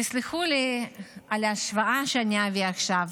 תסלחו לי על ההשוואה שאני אביא עכשיו.